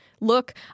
look